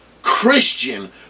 Christian